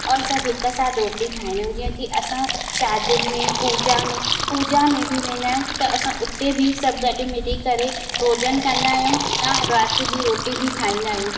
और सभु हिक साथ रोटी खाईंदा आहियूं जीअं की असां शादीयुनि में पूजा में पूजा में बि वेंदा आहियूं त असां हुते बि सभु गॾु मिली करे भोजन कंदा आहियूं या राति जी रोटी बि खाईंदा आहियूं